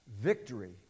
victory